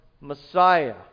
messiah